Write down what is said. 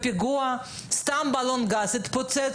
אנחנו כן מכירים בהבדלים במקרה שסתם בלון גז התפוצץ